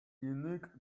unique